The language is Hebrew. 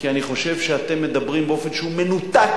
כי אני חושב שאתם מדברים באופן שהוא מנותק